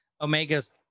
Omega's